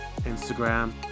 Instagram